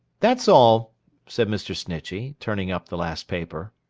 that's all said mr. snitchey, turning up the last paper.